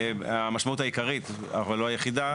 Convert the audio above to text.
המשמעות העיקרית אבל לא היחידה,